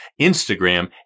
Instagram